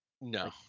no